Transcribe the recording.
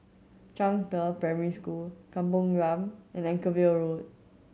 Zhangde Primary School Kampung Glam and Anchorvale Road